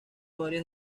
varias